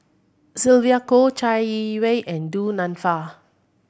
Sylvia Kho Chai Yee Wei and Du Nanfa